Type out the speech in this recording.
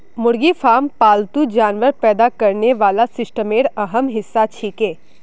मुर्गी फार्म पालतू जानवर पैदा करने वाला सिस्टमेर अहम हिस्सा छिके